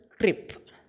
trip